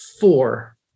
four